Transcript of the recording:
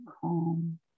calm